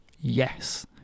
Yes